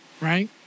right